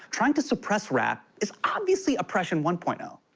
trying to suppress rap is obviously oppression one point um